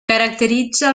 caracteritza